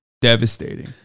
devastating